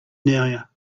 near